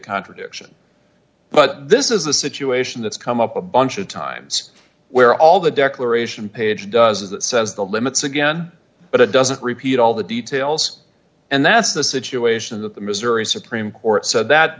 contradiction but this is a situation that's come up a bunch of times where all the declaration page does it says the limits again but it doesn't repeat all the details and that's the situation that the missouri supreme court said that